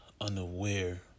unaware